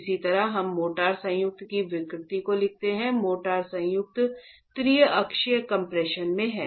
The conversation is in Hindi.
इसी तरह हम मोर्टार संयुक्त की विकृति को लिखते हैं मोर्टार संयुक्त त्रिअक्षीय कम्प्रेशन में है